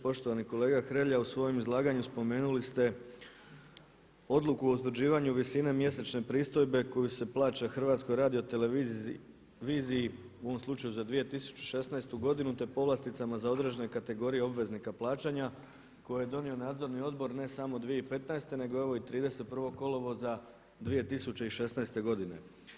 Poštovani kolega Hrelja u svojem izlaganju spomenuli ste odluku o utvrđivanju visine mjesečne pristojbe koju se plaća HRT-u u ovom slučaju za 2016. godinu te povlasticama za određene kategorije obveznika plaćanja koje je donio Nadzorni odbor ne samo 2015. nego i ovo 31. kolovoza 2016. godine.